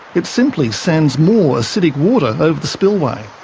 it simply sends more acidic water over the spillway.